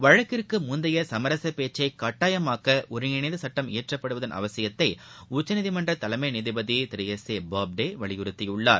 வழக்குக்கிற்கு முந்தைய சுமரசுப் பேச்சை கட்டாயமாக்க ஒருங்கிணைந்த சுட்டம் இயற்றப்படுவதன் அவசியத்தை உச்சநீதிமன்றத் தலைமை நீதிபதி திரு எஸ் ஏ போப்டே வலியுறுத்தியுள்ளார்